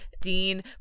Dean